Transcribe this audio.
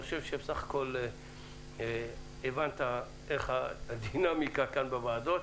אני חושב שבסך הכול הבנת את הדינמיקה כאן בוועדות.